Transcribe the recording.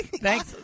Thanks